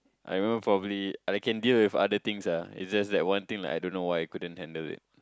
I even probably I can deal with other things ah is just that one thing like I don't know why I couldn't handle it